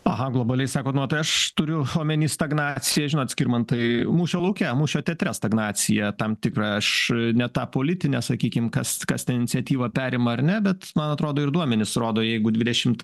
aha globaliai sakot nu tai aš turiu omeny stagnaciją žinot skirmantai mūšio lauke mūšio teatre stagnacija tam tikrą aš ne tą politinę sakykim kas kas ten iniciatyvą perima ar ne bet man atrodo ir duomenys rodo jeigu dvidešimt